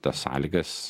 tas sąlygas